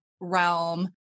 realm